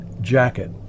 jacket